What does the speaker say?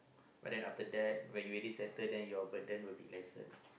but then after that when you already settle then you open then will be lessen